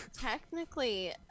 technically